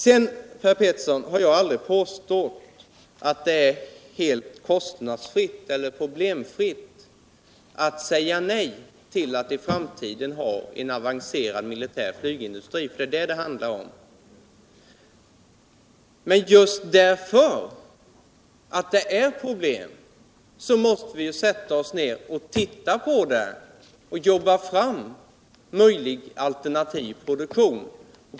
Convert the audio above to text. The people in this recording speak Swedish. Sedan, Per Petersson, har jag aldrig påstått att det skulle vara helt kostnadsfritt eller problemfritt att säga nej till att i framtiden ha en avancerad militär flygindustri — det är ju detta som det handlar om — men just därför att det finns problem måste vi undersöka saken och jobba fram en möjlig alternativ produktion.